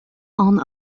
ann